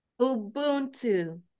Ubuntu